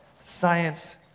science